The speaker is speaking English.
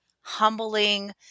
humbling